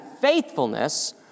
faithfulness